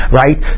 right